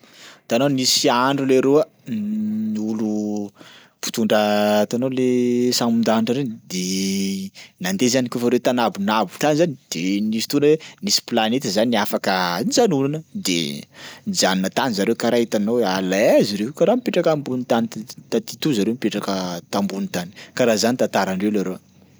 Tanao nisy andro leroa n'olo mpitondra hitanao le sambon-danitra reny de nandeha zany kaofa reo tanabonabo tany zany de nisy fotoana hoe nisy planety zany afaka nijanona de nijanona tany zareo karaha hitanao hoe Ã l'aise reo karaha mipetraka ambony tany tit- taty to zareo mipetraka tambony tany karaha zany tantarandreo leroa.